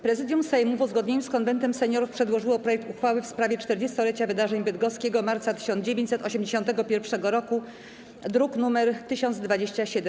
Prezydium Sejmu, w uzgodnieniu z Konwentem Seniorów, przedłożyło projekt uchwały w sprawie 40-lecia Wydarzeń Bydgoskiego Marca 1981 roku, druk nr 1027.